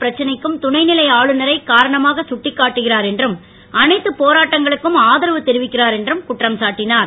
பிரச்சனைக்கும் துணைநிலை ஆளுநரை காரணமாக கட்டிக்காட்டுகிறார் என்றும் அனைத்து போராட்டங்களுக்கும் ஆதரவு தெரிவிக்கிறார் என்றும் குற்றம் சாட்டினார்